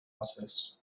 artist